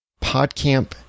Podcamp